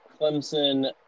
clemson